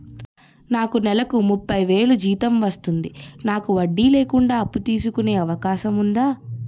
నాకు నేలకు ముప్పై వేలు జీతం వస్తుంది నాకు వడ్డీ లేకుండా అప్పు తీసుకునే అవకాశం ఉందా